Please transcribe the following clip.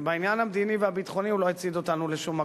ובעניין המדיני והביטחוני הוא לא הצעיד אותנו לשום מקום.